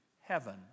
heaven